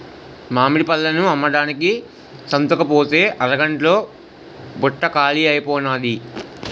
మామిడి పళ్ళను అమ్మడానికి సంతకుపోతే అరగంట్లో బుట్ట కాలీ అయిపోనాది